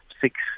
six